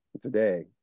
today